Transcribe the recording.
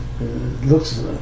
looks